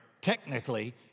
technically